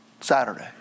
Saturday